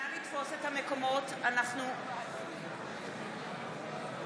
דברי הכנסת א / מושב ראשון / ישיבות א' ב'